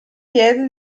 piede